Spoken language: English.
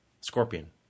Scorpion